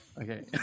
Okay